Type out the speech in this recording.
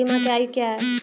बीमा के आयु क्या हैं?